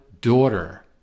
Daughter